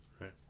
right